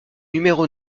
numéro